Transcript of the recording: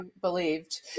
believed